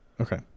Okay